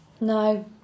No